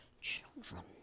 children